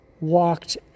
walked